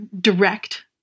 direct